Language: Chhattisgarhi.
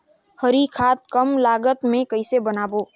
हरी खाद कम लागत मे कइसे बनाबो?